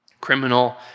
Criminal